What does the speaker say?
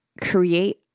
create